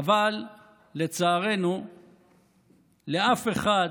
אבל לצערנו לאף אחד